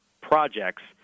projects